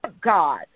God